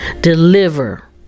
deliver